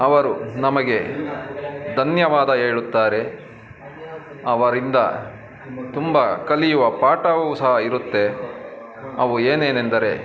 ಅವರು ನಮಗೆ ಧನ್ಯವಾದ ಹೇಳುತ್ತಾರೆ ಅವರಿಂದ ತುಂಬ ಕಲಿಯುವ ಪಾಠವು ಸಹ ಇರುತ್ತೆ ಅವು ಏನೇನೆಂದರೆ